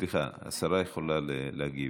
סליחה, השרה יכולה להגיב.